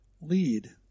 lead